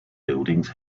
buildings